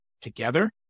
together